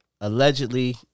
Allegedly